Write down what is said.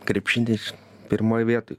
krepšinis pirmoj vietoj